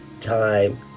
time